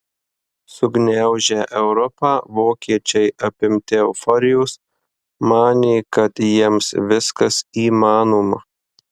sugniaužę europą vokiečiai apimti euforijos manė kad jiems viskas įmanoma